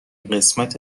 قسمت